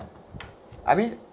I mean